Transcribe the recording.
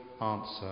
answer